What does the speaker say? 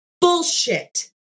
Bullshit